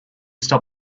stop